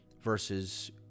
versus